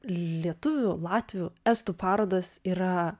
lietuvių latvių estų parodos yra